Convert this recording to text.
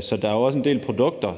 Så der er jo også en del produkter,